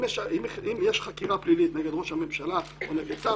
אם יש חקירה פלילית נגד ראש הממשלה ונגד שר,